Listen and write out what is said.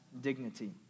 dignity